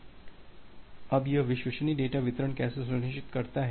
अब यह विश्वसनीय डेटा वितरण कैसे सुनिश्चित करता है